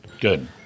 Good